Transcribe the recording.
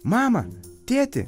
mama tėti